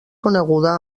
coneguda